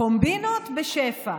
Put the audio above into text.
קומבינות בשפע,